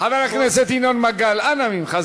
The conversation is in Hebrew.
חבר הכנסת ינון מגל, אנא ממך.